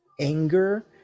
anger